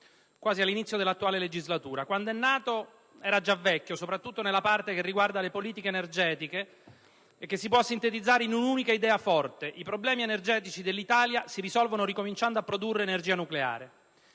quasi all'inizio dell'attuale legislatura. Quando è nato era già vecchio, soprattutto nella parte che riguarda le politiche energetiche e che si può sintetizzare in un'unica idea forte: i problemi energetici dell'Italia si risolvono ricominciando a produrre energia nucleare.